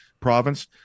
province